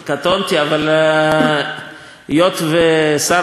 אבל היות ששר, מריה קארי,